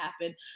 happen